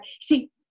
see